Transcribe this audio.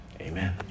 amen